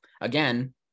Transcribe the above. again